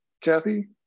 Kathy